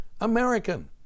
American